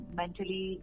mentally